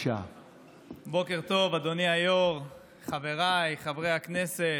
בוקר טוב, אדוני היו"ר, חבריי חברי הכנסת.